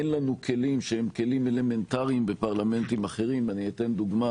אין לנו כלים שהם כלים אלמנטריים בפרלמנטים אחרים לדוגמה,